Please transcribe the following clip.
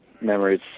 memories